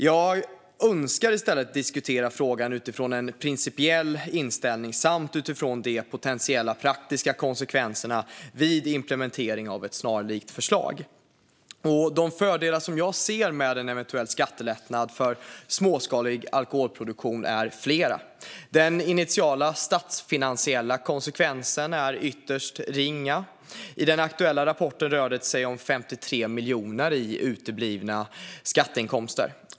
Jag önskar i stället diskutera frågan utifrån en principiell inställning, samt utifrån de potentiella praktiska konsekvenserna vid implementering av ett snarlikt förslag. De fördelar jag ser med en eventuell skattelättnad för småskalig alkoholproduktion är flera. Den initiala statsfinansiella konsekvensen är ytterst ringa. I den aktuella rapporten rör det sig om 53 miljoner i uteblivna skatteinkomster.